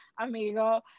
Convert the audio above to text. amigo